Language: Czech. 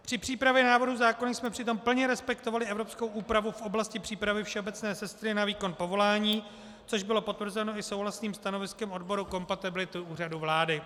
Při přípravě návrhu zákona jsme přitom plně respektovali evropskou úpravu v oblasti přípravy všeobecné sestry na výkon povolání, což bylo potvrzeno i souhlasným stanoviskem odboru kompatibility Úřadu vlády.